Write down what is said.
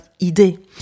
idée